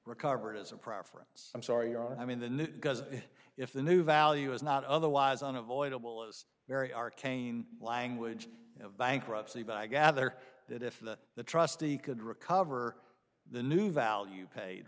recovered as a preference i'm sorry your i mean the new because if the new value is not otherwise unavoidable it's very arcane language of bankruptcy but i gather that if the the trustee could recover the new value paid